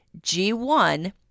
G1